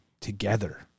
together